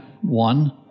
One